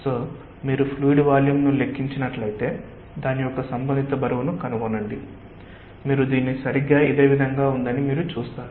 కాబట్టి మీరు fluid volume లెక్కించినట్లయితే దాని యొక్క సంబంధిత బరువును కనుగొనండి మీరు దీన్ని సరిగ్గా ఇదే విధంగా ఉందని మీరు చూస్తారు